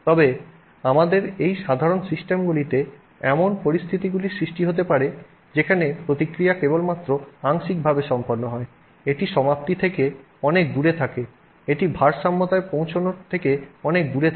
তবে আমাদের এই সাধারণ সিস্টেমগুলিতে এমন পরিস্থিতিগুলি সৃষ্টি হতে পারে যেখানে প্রতিক্রিয়া কেবলমাত্র আংশিকভাবে সম্পন্ন হয় এটি সমাপ্তি থেকে অনেক দূরে থাকে এটি ভারসাম্যতায় পৌঁছানো থেকে অনেক দূরে থাকে